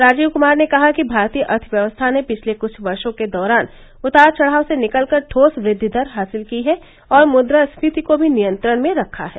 राजीव कुमार ने कहा कि भारतीय अर्थव्यवस्था ने पिछले कुछ वर्षो के दौरान उतार चढ़ाव से निकलकर ठोस वृद्विदर हासिल की है और मुद्रास्फीति को भी नियंत्रण में रखा है